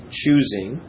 choosing